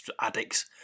addicts